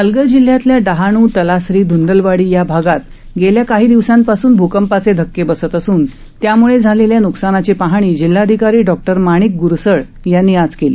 पालघर जिल्ह्यातल्या डहाणू तलासरी ध्दलवाडी या भागांत गेल्या काही दिवसांपासून भूकंपाचे धक्के बसत असून त्यामुळे झालेल्या न्कसानाची पाहणी जिल्हाधिकारी डॉ माणिक गुरसळ यांनी आज केली